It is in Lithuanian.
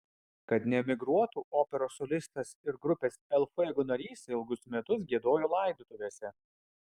kad neemigruotų operos solistas ir grupės el fuego narys ilgus metus giedojo laidotuvėse